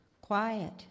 Quiet